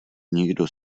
nikdo